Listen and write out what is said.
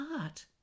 art